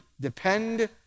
Depend